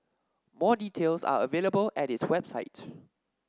more details are available at its website